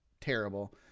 terrible